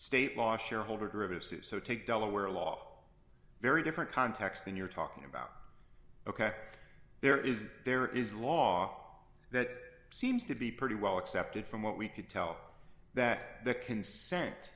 state law shareholder of suit so take delaware law very different context than you're talking about ok there is there is law that seems to be pretty well accepted from what we could tell that the consent